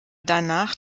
danach